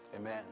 Amen